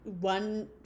one